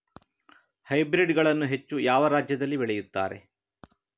Hybrid ಗಳನ್ನು ಹೆಚ್ಚು ಯಾವ ರಾಜ್ಯದಲ್ಲಿ ಬೆಳೆಯುತ್ತಾರೆ?